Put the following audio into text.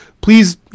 please